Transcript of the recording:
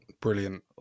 Brilliant